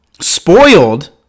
spoiled